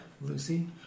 Lucy